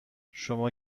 شما